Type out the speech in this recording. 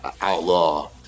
outlaw